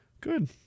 Good